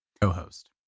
Co-host